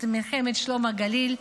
את מלחמת שלום הגליל,